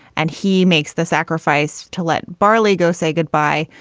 and he makes the sacrifice to let bali go. say goodbye,